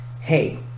hey